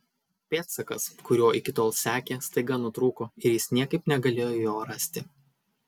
pėdsakas kuriuo iki tol sekė staiga nutrūko ir jis niekaip negalėjo jo rasti